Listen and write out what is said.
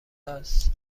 است